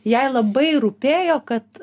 jai labai rūpėjo kad